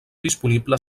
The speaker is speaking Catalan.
disponible